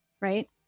Right